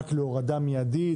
רק להורדה מיידית,